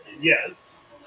Yes